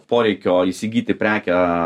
poreikio įsigyti prekę